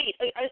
wait